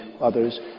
others